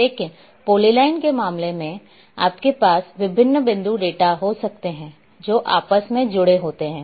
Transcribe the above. लेकिन पॉलीलाइन के मामले में आपके पास विभिन्न बिंदु डेटा हो सकते हैं जो आपस में जुड़े होते हैं